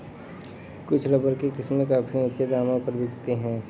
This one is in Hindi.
कुछ रबर की किस्में काफी ऊँचे दामों पर बिकती है